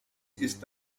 ist